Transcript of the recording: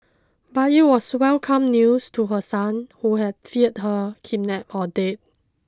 but it was welcome news to her son who had feared her kidnapped or dead